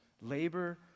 Labor